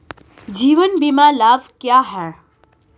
जीवन बीमा लाभ क्या हैं?